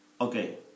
okay